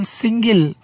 single